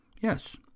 Yes